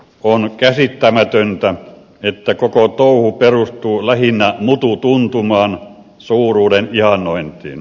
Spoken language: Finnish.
on käsittämätöntä että koko touhu perustuu lähinnä mutu tuntumaan suuruuden ihannointiin